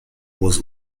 was